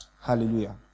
Hallelujah